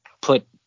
put